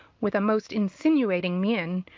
with a most insinuating mien,